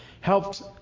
helped